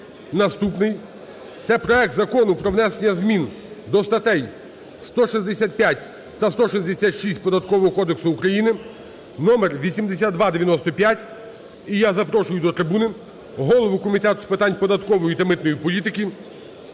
наступний - це проект Закону про внесення змін до статей 165 та 166 Податкового кодексу України (8295). І я запрошую до трибуни голову Комітету з питань податкової та митної політики